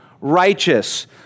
righteous